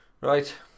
Right